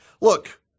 Look